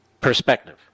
perspective